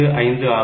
25 ஆகும்